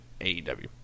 AEW